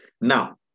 Now